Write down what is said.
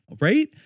right